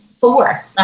Four